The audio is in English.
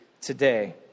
today